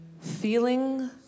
feeling